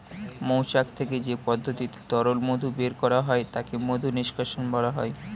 মৌচাক থেকে যে পদ্ধতিতে তরল মধু বের করা হয় তাকে মধু নিষ্কাশণ বলা হয়